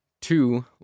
two